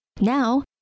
now